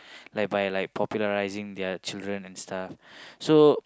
like by like popularizing their children and stuff so